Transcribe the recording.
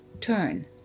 turn